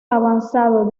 avanzado